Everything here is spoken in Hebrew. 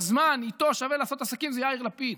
זמן איתו שווה לעשות עסקים זה יאיר לפיד.